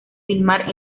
filmar